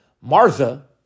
Martha